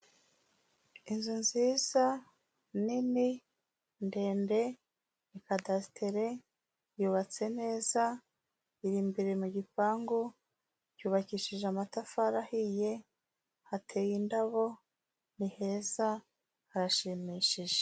Inzu nziza nini ndende ni kadasiteri yubatse neza, iri imbere mu gipangu cyubakishije amatafari ahiye, hateye indabo, ni heza harashimishije.